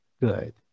good